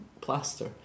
plaster